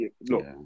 look